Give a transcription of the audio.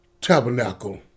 tabernacle